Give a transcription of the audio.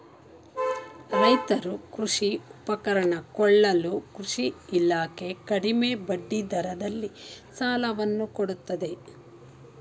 ರೈತರು ಕೃಷಿ ಉಪಕರಣ ಕೊಳ್ಳಲು ಕೃಷಿ ಇಲಾಖೆ ಕಡಿಮೆ ಬಡ್ಡಿ ದರದಲ್ಲಿ ಸಾಲವನ್ನು ಕೊಡುತ್ತದೆ